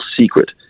secret